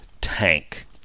tank